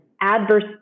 adverse